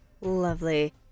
Lovely